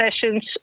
sessions